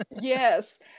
Yes